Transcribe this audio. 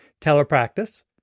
telepractice